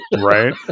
Right